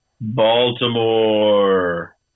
Baltimore